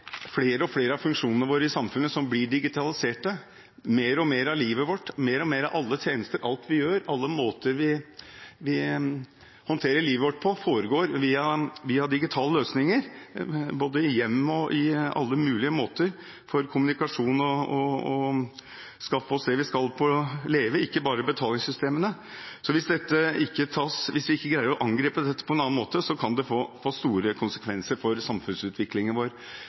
mer og mer av livet vårt, mer og mer av tjenestene, av alt vi gjør, av alle måter vi håndterer livet vårt på, foregår via digitale løsninger, både i hjemmet og på alle mulige måter innen kommunikasjon, for å skaffe oss det vi skal for å leve, ikke bare når det gjelder betalingssystemene. Så hvis vi ikke greier å angripe dette på en annen måte, kan det få store konsekvenser for samfunnsutviklingen vår.